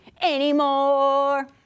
anymore